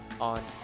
on